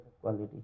quality